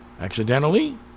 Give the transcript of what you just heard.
accidentally